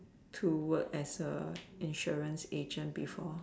to work as a insurance agent before